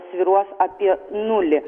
svyruos apie nulį